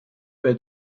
bei